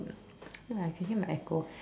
no lah I can hear my echo